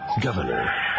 governor